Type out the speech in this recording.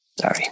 Sorry